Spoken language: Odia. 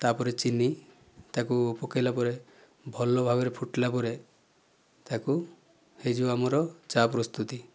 ତା'ପରେ ଚିନି ତାକୁ ପକାଇଲା ପରେ ଭଲ ଭାବରେ ଫୁଟିଲା ପରେ ତାକୁ ହୋଇଯିବ ଆମର ଚାହା ପ୍ରସ୍ତୁତି